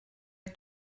est